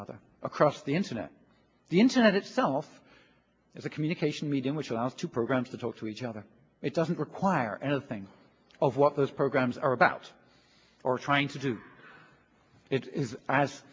other across the internet the internet itself is a communication medium which allows two programs to talk to each other it doesn't require anything of what those programs are about or trying to do it is